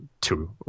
two